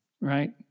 right